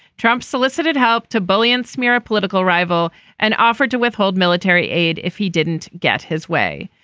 trump solicited help to bully and smear a political rival and offered to withhold military aid if he didn't get his way.